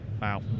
Wow